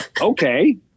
okay